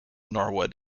norwood